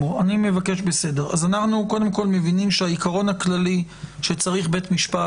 אז אנחנו מבינים שהעיקרון הכללי שצריך בית משפט